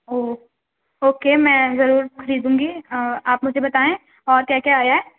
اوک okay میں ضرور خریدوں گی ہاں آپ مجھے بتائیں اور کیا کیا آیا ہے